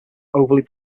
overly